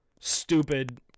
stupid